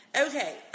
Okay